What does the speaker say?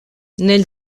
nel